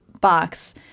box